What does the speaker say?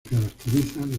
caracterizan